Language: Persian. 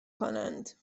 کنند